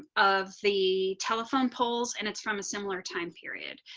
of the telephone poles and it's from a similar time period.